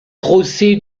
procès